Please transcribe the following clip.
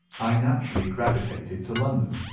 i naturally gravitated to london,